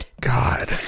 God